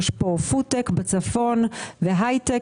יש פה פוד טק בצפון והייטק,